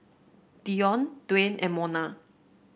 Dionne Dwaine and Monna